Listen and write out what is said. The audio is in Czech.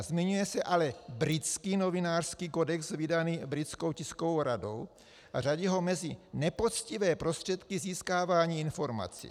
Zmiňuje se ale britský novinářský kodex vydaný Britskou tiskovou radou a řadí ho mezi nepoctivé prostředky získávání informací.